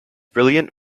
brilliant